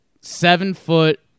seven-foot